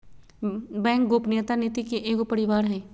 bank गोपनीयता नीति के एगो परिवार हइ